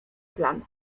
plan